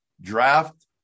draft